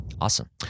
Awesome